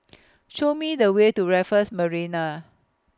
Show Me The Way to Raffles Marina